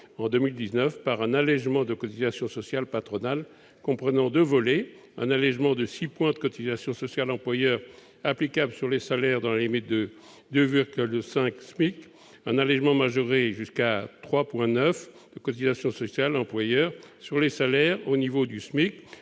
en 2019, par un allégement de cotisations sociales patronales comprenant deux volets : un allégement de 6 points de cotisations sociales employeurs applicable pour les salaires inférieurs à 2,5 fois le SMIC et un allégement majoré pouvant aller jusqu'à 9,9 points de cotisations sociales employeurs pour les salaires au niveau du SMIC,